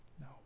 No